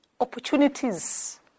opportunities